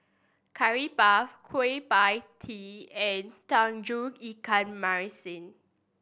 Curry Puff Kueh Pie Tee and Tauge Ikan Masin